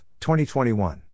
2021